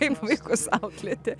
kaip vaikus auklėti